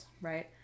Right